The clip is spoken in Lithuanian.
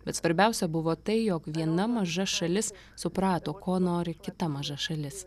bet svarbiausia buvo tai jog viena maža šalis suprato ko nori kita maža šalis